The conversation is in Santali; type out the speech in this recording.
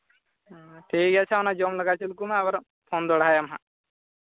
ᱦᱮᱸ ᱴᱷᱤᱠ ᱜᱮᱭᱟ ᱟᱪᱪᱷᱟ ᱚᱱᱟ ᱡᱚᱢ ᱞᱟᱜᱟ ᱦᱚᱪᱚ ᱠᱚᱢᱮ ᱟᱨ ᱯᱷᱳᱱ ᱫᱚᱦᱲᱟᱭᱟᱢ ᱦᱟᱸᱜ